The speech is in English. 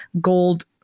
gold